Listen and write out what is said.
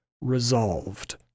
resolved